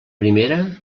primera